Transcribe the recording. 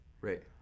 Right